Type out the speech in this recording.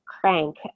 crank